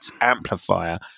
amplifier